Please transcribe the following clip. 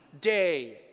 day